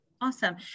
Awesome